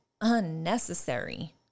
unnecessary